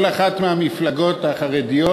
כל אחת מהמפלגות החרדיות,